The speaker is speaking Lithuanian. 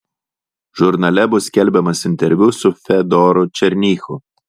žurnale bus skelbiamas interviu su fedoru černychu